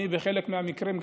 בחלק מהמקרים,